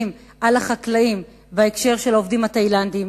על החקלאים בהקשר של העובדים התאילנדים.